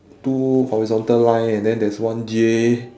two horizontal line and then there is one J